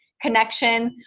connection,